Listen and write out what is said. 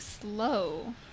Slow